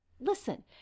listen